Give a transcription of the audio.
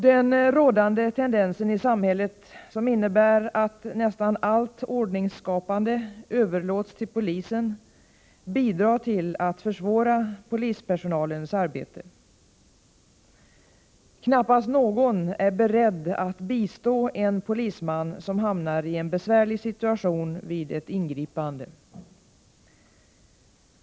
Den rådande tendensen i samhället, som innebär att nästan allt ordningsskapande överlåts till polisen, bidrar till att försvåra polispersonalens arbete. Knappast någon är beredd att bistå en polisman som hamnar i en besvärlig situation vid ett ingripande.